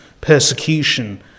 persecution